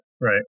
right